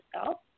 scalp